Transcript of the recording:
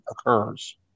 occurs